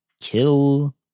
kill